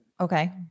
Okay